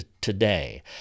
today